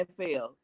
NFL